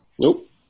Nope